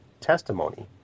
testimony